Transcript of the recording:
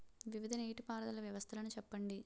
వివిధ నీటి పారుదల వ్యవస్థలను చెప్పండి?